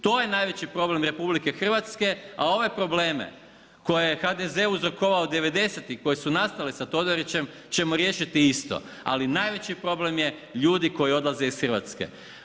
To je najveći problem RH, a ove probleme koje je HDZ uzrokovao devedesetih koje su nastale sa Todorićem ćemo riješiti isto, ali najveći problem je ljudi koji odlaze iz Hrvatske.